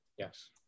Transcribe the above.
Yes